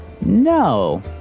No